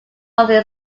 father